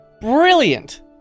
Brilliant